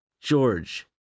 George